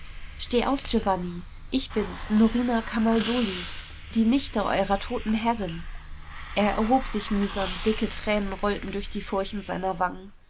steht auf giovanni ich bin's norina camaldoli die richte eurer toten herrin er erhob sich mühsam dicke tränen rollten durch die furchen seiner wangen